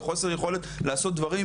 בחוסר יכולת לעשות דברים,